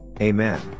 Amen